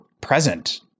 present